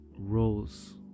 roles